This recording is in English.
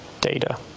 data